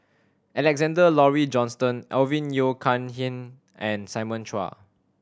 Alexander Laurie Johnston Alvin Yeo Khirn Hai and Simon Chua